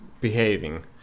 behaving